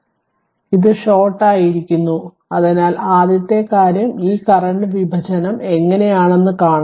അതിനാൽ ഇത് ഷോർട്ടായിരിക്കുന്നു അതിനാൽ ആദ്യത്തെ കാര്യം ഈ കറന്റ് വിഭജനം എങ്ങനെയാണെന്ന് കാണണം